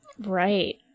Right